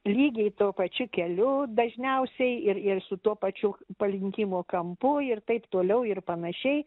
lygiai tuo pačiu keliu dažniausiai ir ir su tuo pačiu palinkimo kampu ir taip toliau ir panašiai